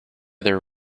their